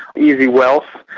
easy wealth,